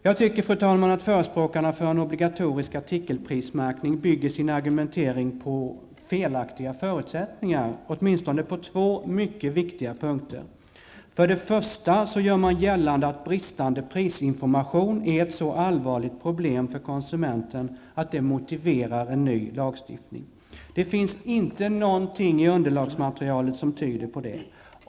Jag tycker att förespråkarna för en obligatorisk artikelprismärkning bygger sin argumentering på felaktiga förutsättningar, åtminstone på två mycket viktiga punkter. För det första gör man gällande att bristande prisinformation är ett så allvarligt problem för konsumenten att det motiverar en ny lagstiftning. Det finns inte någonting i det underliggande materialet som tyder på det.